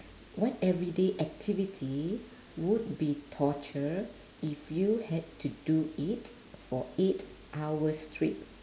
what everyday activity would be torture if you had to do it for eight hours straight